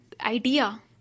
idea